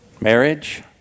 Marriage